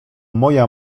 moja